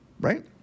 right